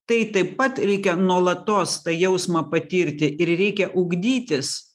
tai taip pat reikia nuolatos tą jausmą patirti ir reikia ugdytis